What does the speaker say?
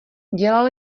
dělal